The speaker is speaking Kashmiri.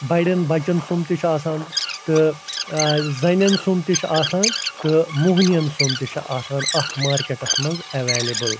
بڑٮ۪ن بچن سُنٛمب تہِ چھُ آسان تہٕ زَنٮ۪ن سُنٛمب تہِ چھُ آسان تہٕ مۄہنِیَن سُنٛمب تہِ چھُ آسان اَتھ مارکٮ۪ٹس منٛز اٮ۪وٮ۪لیبٕل